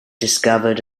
discovered